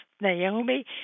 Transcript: Naomi